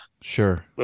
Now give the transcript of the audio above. Sure